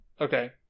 okay